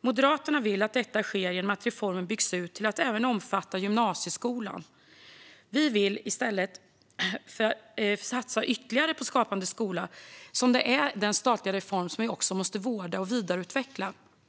Moderaterna vill att detta sker genom att reformen byggs ut till att även omfatta gymnasieskolan. Vi vill satsa ytterligare på Skapande skola, som är en statlig reform som vi måste vårda och vidareutveckla.